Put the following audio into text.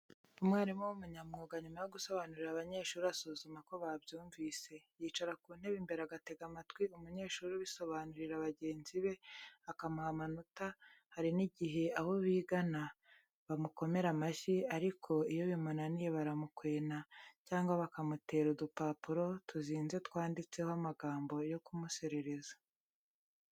Umwarimu w'umunyamwuga, nyuma yo gusobanurira abanyeshuri asuzuma ko babyumvise, yicara ku ntebe imbere agatega amatwi umunyeshuri ubisobanurira bagenzi be, akamuha amanota, hari n'igihe abo bigana bamukomera amashyi, ariko iyo bimunaniye baramukwena cyangwa bakamutera udupapuro tuzinze twanditseho amagambo yo kumuserereza.